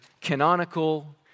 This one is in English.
canonical